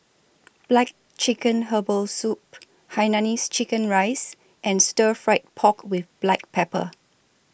Black Chicken Herbal Soup Hainanese Chicken Rice and Stir Fried Pork with Black Pepper